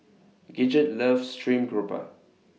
Gidget loves Stream Grouper